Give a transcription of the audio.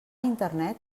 internet